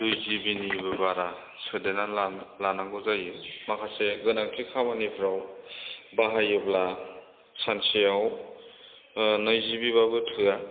दुइ जिबिनिबो बारा सोदेरनानै लानांगौ जायो माखासे गोनांथि खामानिफोराव बाहायोब्ला सानसेयाव नै जि बि बाबो थोआ